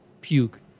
puke